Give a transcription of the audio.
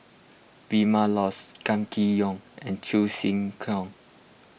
Vilma Laus Gan Kim Yong and Cheong Siew Keong